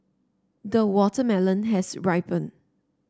the watermelon has ripened